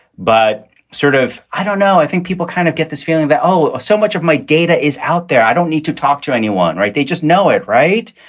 but sort of i don't know. i think people kind of get this feeling that, oh, so much of my data is out there. i don't need to talk to anyone. right. they just know it. right.